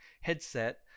headset